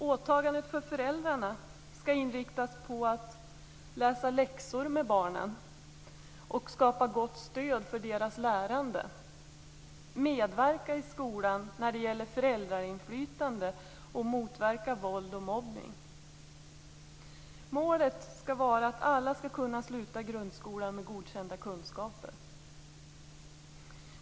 Åtagande för föräldrar skall inriktas på att - läsa läxor med barnen och skapa ett gott stöd för deras lärande - medverka i skolan när det gäller föräldrainflytande och motverka våld och mobbning. Målet skall vara att alla skall kunna sluta grundskolan med godkända kunskaper.